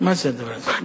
מה זה הדבר הזה?